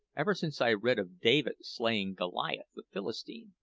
ever since i read of david slaying goliath the philistine,